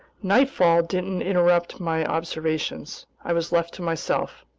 nightfall didn't interrupt my observations. i was left to myself.